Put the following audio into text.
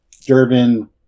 Durbin